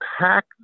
pack